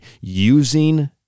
using